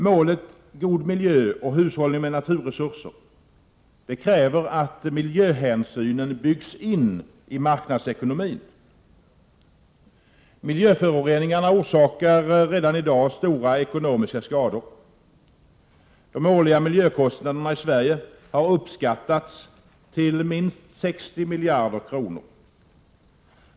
Målet god miljö och hushållning med naturresurser kräver att miljöhänsynen byggs in i marknadsekonomin. Miljöföroreningarna orsakar redan i dag stora ekonomiska skador. De årliga miljökostnaderna i Sverige har uppskattats till minst 60 miljarder kronor.